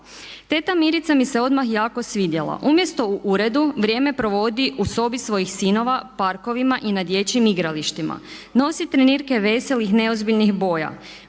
Teta Mirica mi se odmah jako svidjela, umjesto u uredu vrijeme provodi u sobi svojih sinova, parkovima i na dječjim igralištima. Nosi trenirke veselih, neozbiljnih boja.